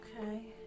Okay